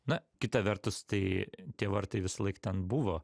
na kita vertus tai tie vartai visąlaik ten buvo